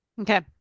Okay